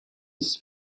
his